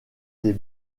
des